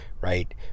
right